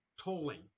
tolling